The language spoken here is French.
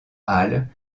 halle